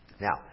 Now